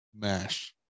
mash